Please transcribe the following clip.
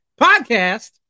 podcast